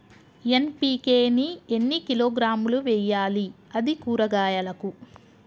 NPK ని ఎన్ని కిలోగ్రాములు వెయ్యాలి? అది కూరగాయలకు?